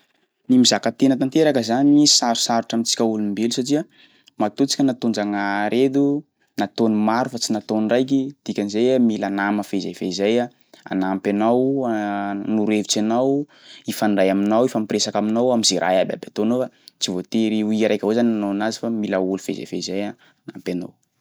Ny mizaka tena tanteraka zany sarosarotra amintsika olombelo satria matoa tsika nataon-Jagnahary eto, nataony maro fa tsy nataony raiky dikan'izay iha mila nama fezay fezay iha anampy anao hanoro hevitry anao, ifandray aminao, ifampiresaka aminao am'zay raha iabiaby ataonao fa tsy voatery ho iha araiky avao zany hanao anazy fa mila olo fezay fezay iha anampy anao.